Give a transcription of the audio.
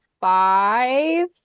five